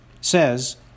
says